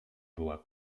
była